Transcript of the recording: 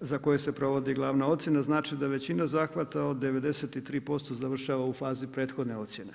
za koje se provodi glavna ocjena, znači da većina zahvata od 93% završava u fazi prethodne ocjene.